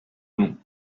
long